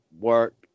work